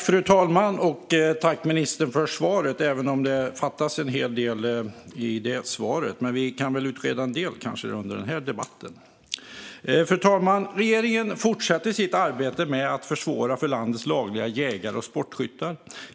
Fru talman! Tack, ministern, för svaret, även om det fattas en hel del i det! Men vi kan kanske reda ut en del under den här debatten. Regeringen fortsätter sitt arbete med att försvåra för landets lagliga jägare och sportskyttar.